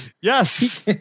yes